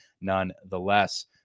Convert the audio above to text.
nonetheless